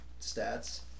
stats